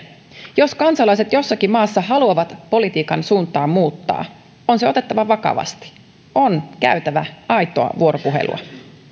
jos kansalaiset jossakin maassa haluavat politiikan suuntaa muuttaa on se otettava vakavasti on käytävä aitoa vuoropuhelua